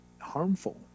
harmful